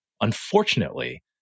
Unfortunately